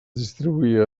distribuïa